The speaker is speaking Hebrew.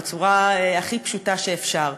בצורה הכי פשוטה שאפשר.